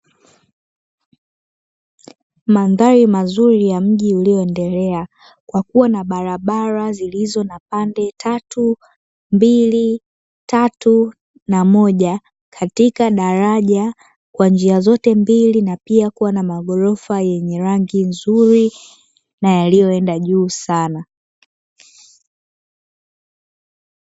Mandhari mazuri ya mji ulioendelea kwa kuwa na barabara zilizo na pande tatu, mbili, tatu na moja katika daraja kwa njia zote mbili na pia kuwa na maghorofa yenye rangi nzuri na yaliyoenda juu sana.